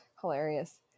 hilarious